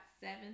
seven